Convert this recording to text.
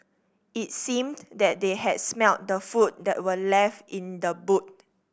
it seemed that they had smelt the food that were left in the boot